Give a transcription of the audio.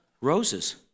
roses